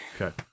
Okay